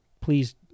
please